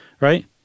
right